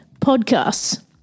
podcasts